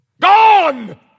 Gone